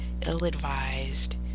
ill-advised